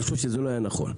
אני חושב שזה היה לא נכון.